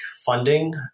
funding